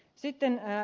sitten ed